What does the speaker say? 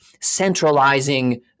centralizing